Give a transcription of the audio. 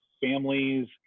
families